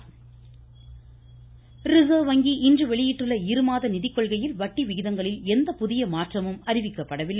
reserve வங்கி reserve வங்கி இன்று வெளியிட்டுள்ள இருமாத நிதிக்கொள்கையில் வட்டி விகிதங்களில் எந்த புதிய மாற்றமும் அறிவிக்கப்படவில்லை